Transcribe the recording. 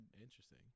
Interesting